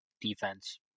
defense